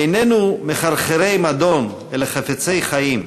איננו מחרחרי מדון אלא חפצי חיים,